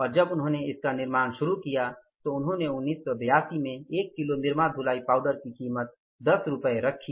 और जब उन्होंने इसका निर्माण शुरू किया तो उन्होंने 1982 में 1 किलो निरमा धुलाई पाउडर की कीमत 10 रुपए रखी